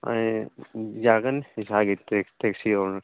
ꯑꯩ ꯌꯥꯒꯅꯤ ꯏꯁꯥꯒꯤ ꯇꯦꯛꯁꯤ ꯑꯣꯏ